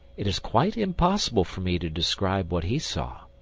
it is quite impossible for me to describe what he saw.